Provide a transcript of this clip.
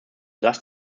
das